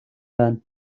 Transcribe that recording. байна